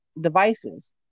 devices